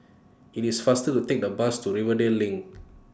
IT IS faster to Take The Bus to Rivervale LINK